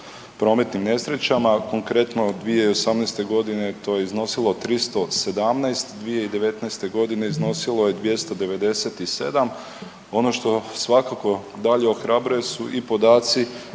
prometnim nesrećama. Konkretno, 2018.g. to je iznosilo 317, 2019.g. iznosilo je 297. Ono što svakako dalje ohrabruje su i podaci